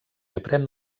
aprèn